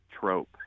trope